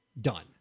done